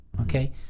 Okay